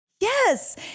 Yes